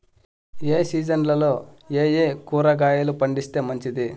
ఏ సీజన్లలో ఏయే కూరగాయలు పండిస్తే మంచిది